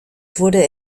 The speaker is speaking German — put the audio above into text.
wurde